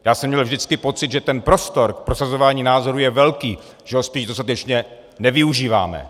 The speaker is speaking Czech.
Já jsem měl vždycky pocit, že ten prostor k prosazování názorů je velký, že ho spíš dostatečně nevyužíváme.